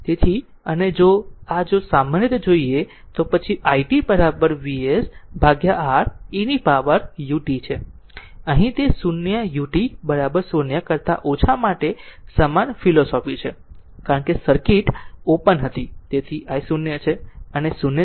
તેથી અને જો અને જો સામાન્ય રીતે જોઈએ તો પછી i t VsR e power ut છે અહીં તે 0 ut 0 કરતા ઓછા માટે સમાન ફિલસૂફી છે અને કારણ કે સર્કિટ ઓપન હતો તેથી i 0 છે